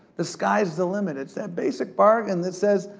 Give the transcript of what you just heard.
the sky's the limit. it's that basic bargain that says,